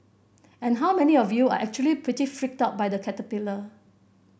and how many of you are actually pretty freaked out by the caterpillar